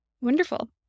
Wonderful